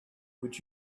would